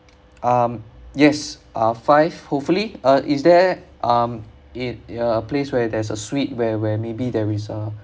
um yes uh five hopefully uh is there um in uh place where there's a suite where where maybe there is uh